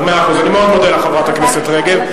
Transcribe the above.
אני מאוד מודה לך, חברת הכנסת רגב.